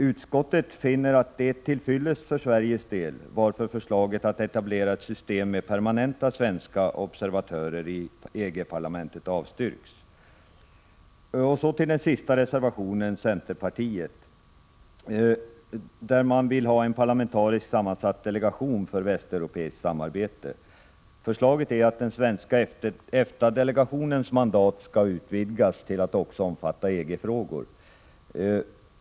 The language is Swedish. Utskottet finner detta till fyllest för Sveriges del, varför förslaget att etablera ett system med permanenta svenska observatörer i EG-parlamentet avstyrks. Av den sista reservation som är fogad till detta betänkande framgår att centerpartiet vill ha en parlamentariskt sammansatt delegation för västeuropeiskt samarbete. Förslaget är att den svenska EFTA-delegationens mandat skall utvidgas till att också omfatta EG-frågor.